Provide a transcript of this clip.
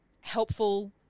helpful